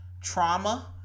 Trauma